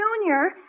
Junior